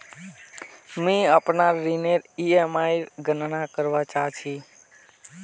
मि अपनार ऋणनेर ईएमआईर गणना करवा चहा छी